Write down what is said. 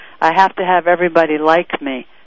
I-have-to-have-everybody-like-me